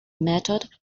method